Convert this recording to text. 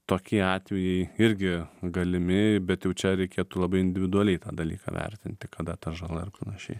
tokie atvejai irgi galimi bet jau čia reikėtų labai individualiai tą dalyką vertinti kada ta žala ir panašiai